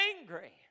angry